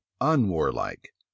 unwarlike